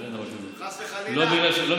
חס וחלילה.